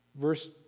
Verse